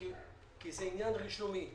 כי זה עניין רישומי.